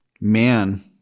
Man